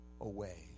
away